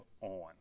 on